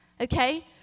Okay